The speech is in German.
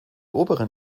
oberen